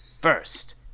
first